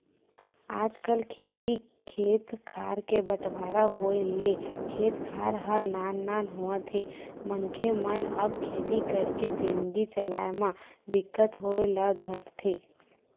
आजकल खेती खेत खार के बंटवारा होय ले खेत खार ह नान नान होवत हे मनखे मन अब खेती करके जिनगी चलाय म दिक्कत होय ल धरथे